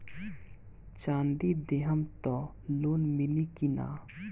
चाँदी देहम त लोन मिली की ना?